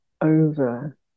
over